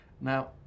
now